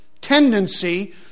tendency